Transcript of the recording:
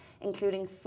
including